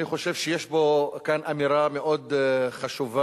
אני חושב שיש כאן אמירה מאוד חשובה